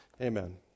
Amen